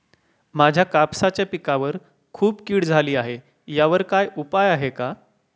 माझ्या कापसाच्या पिकावर खूप कीड झाली आहे यावर काय उपाय आहे का?